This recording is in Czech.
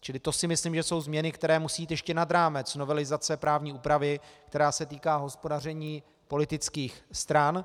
Čili to si myslím, že jsou změny, které musí jít ještě nad rámec novelizace právní úpravy, která se týká hospodaření politických stran.